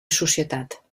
societat